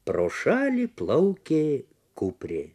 pro šalį plaukė kuprė